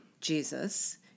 Jesus